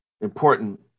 important